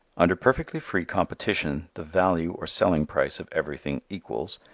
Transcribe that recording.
under perfectly free competition the value or selling price of everything equals,